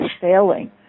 failing